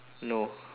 no